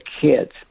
kids